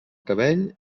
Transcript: cabell